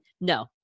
No